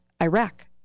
Iraq